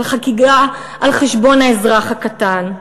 על החגיגה על-חשבון האזרח הקטן,